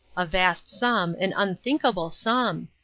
a vast sum, an unthinkable sum!